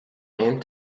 end